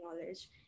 knowledge